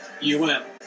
UN